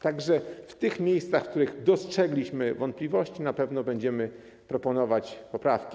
Tak że w tych miejscach, których dostrzegliśmy wątpliwości, na pewno będziemy proponować poprawki.